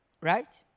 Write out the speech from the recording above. right